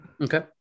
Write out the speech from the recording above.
Okay